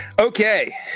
Okay